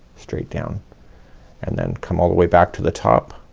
straight down and then come all the way back to the top.